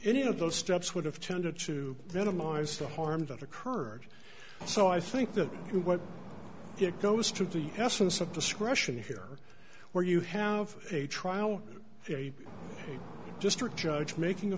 any of those steps would have tended to minimize the harm that occurred so i think that when it goes to the essence of discretion here where you have a trial a district judge making a